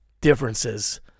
differences